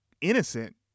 innocent